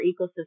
ecosystem